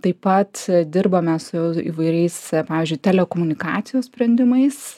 taip pat dirbame su įvairiais pavyzdžiui telekomunikacijų sprendimais